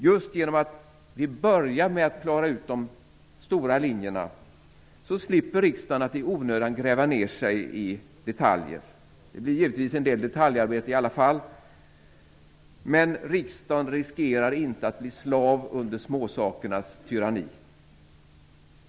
Just genom att vi börjar med att klara ut de stora linjerna, slipper riksdagen att i onödan gräva ned sig i detaljer. Det blir givetvis en del detaljarbete i alla fall, men riksdagen riskerar inte att bli slav under småsakernas tyranni.